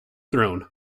throne